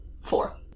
four